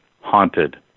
haunted